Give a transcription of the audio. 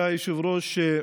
כבוד היושב-ראש,